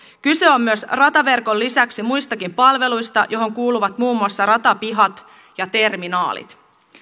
kyse on rataverkon lisäksi muistakin palveluista joihin kuuluvat muun muassa ratapihat ja terminaalit